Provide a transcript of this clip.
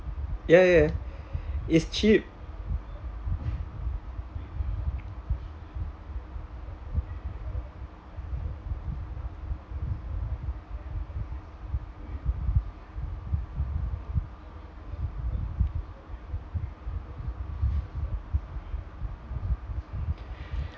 ya ya ya it's cheap